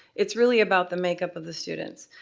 it's really about the make up of the students.